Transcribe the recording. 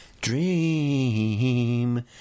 dream